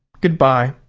good-bye.